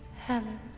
Helen